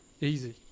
Easy